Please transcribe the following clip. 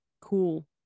cool